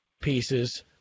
pieces